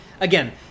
Again